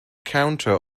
counter